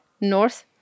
north